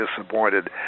disappointed